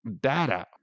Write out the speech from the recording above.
data